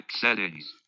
settings